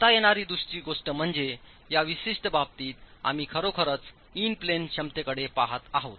करता येणारी दुसरी गोष्ट म्हणजे या विशिष्ट बाबतीत आम्ही खरोखरच इन प्लेन क्षमतेकडे पहात आहोत